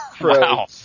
Wow